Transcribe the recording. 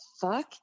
fuck